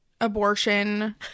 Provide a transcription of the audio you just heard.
abortion